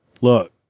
look